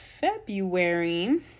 February